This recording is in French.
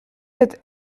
cette